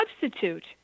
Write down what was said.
substitute